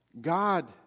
God